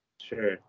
Sure